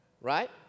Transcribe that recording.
Right